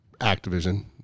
Activision